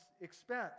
expense